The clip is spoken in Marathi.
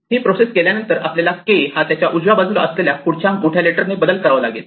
ही प्रोसेस केल्यानंतर आपल्याला K हा त्याच्या उजव्या बाजूला असलेला पुढच्या मोठ्या लेटर ने बदल करावा लागेल